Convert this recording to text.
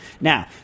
Now